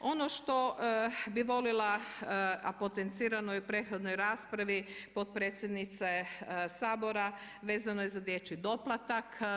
Ono što bi volila, a potencirano je u prethodnoj raspravi potpredsjednice Sabora, vezano je za dječji doplatak.